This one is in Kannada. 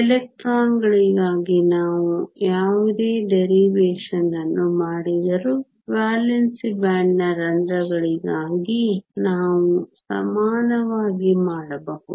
ಎಲೆಕ್ಟ್ರಾನ್ಗಳಿಗಾಗಿ ನಾವು ಯಾವುದೇ ವಿಚಲನವನ್ನು ಮಾಡಿದರೂ ವೇಲೆನ್ಸಿ ಬ್ಯಾಂಡ್ನ ರಂಧ್ರಗಳಿಗಾಗಿ ನಾವು ಸಮಾನವಾಗಿ ಮಾಡಬಹುದು